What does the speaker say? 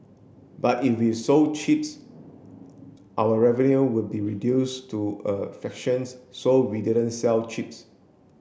but if we sold chips our revenue would be reduce to a fractions so we didn't sell chips